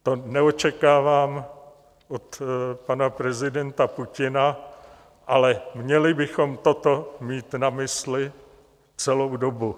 To neočekávám od pana prezidenta Putina, ale měli bychom toto mít na mysli celou dobu.